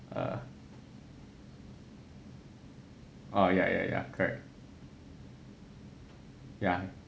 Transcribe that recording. err oh ya ya ya correct ya